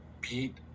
Pete